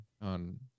on